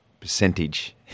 percentage